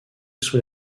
sous